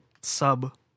sub